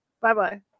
Bye-bye